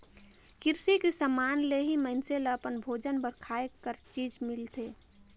किरसी के समान ले ही मइनसे ल अपन भोजन बर खाए कर चीज मिलथे